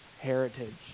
heritage